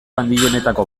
handienetako